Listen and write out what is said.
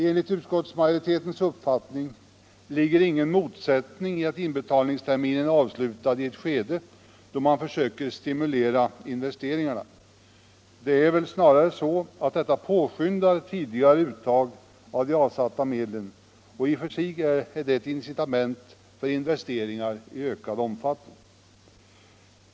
Enligt utskottsmajoritetens uppfattning ligger ingen motsättning i att inbetalningsterminen är avslutad i ett skede då man försöker stimulera investeringarna. Det är väl snarare så, att detta påskyndar tidigare uttag av de avsatta medlen, och i och för sig är det ett incitament till investeringar i ökad omfattning.